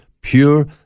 pure